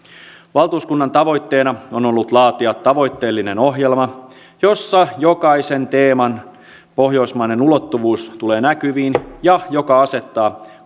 valtuuskunnan tavoitteena on ollut laatia tavoitteellinen ohjelma jossa jokaisen teeman pohjoismainen ulottuvuus tulee näkyviin ja joka asettaa